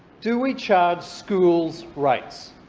do we charge schools rates?